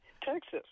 Texas